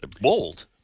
Bold